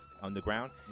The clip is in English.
underground